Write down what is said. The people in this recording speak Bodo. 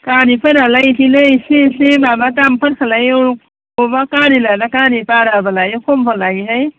गारिफोरालाय बिदिनो एसे एसे माबा दामफोरखौलाय बबावबा गारि लाना गारि बाराबो लायो खमबो लायोहाय